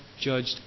judged